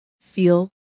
feel